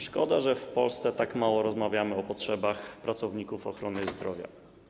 Szkoda, że w Polsce tak mało rozmawiamy o potrzebach pracowników ochrony zdrowia.